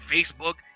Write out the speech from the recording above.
Facebook